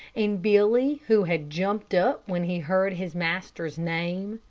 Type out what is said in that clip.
and billy, who had jumped up when he heard his master's name,